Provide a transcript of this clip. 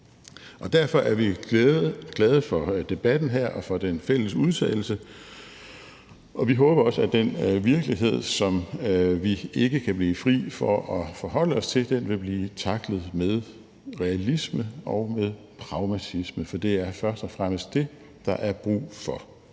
Derfor er vi glade for debatten her og for det fælles forslag til vedtagelse, og vi håber også, at den virkelighed, som vi ikke kan blive fri for at forholde os til, vil blive tacklet med realisme og med pragmatisme, for det er først og fremmest det, der er brug for.